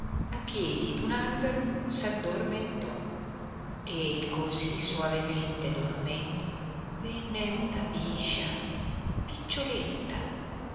a piedi d uno albero s addormentò e così soavemente dormendo venne una biscia piccioletta